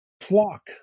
flock